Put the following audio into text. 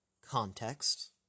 context